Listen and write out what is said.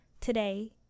today